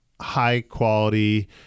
high-quality